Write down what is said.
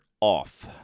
off